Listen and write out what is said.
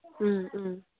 ꯎꯝ ꯎꯝ